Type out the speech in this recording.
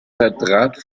vertrat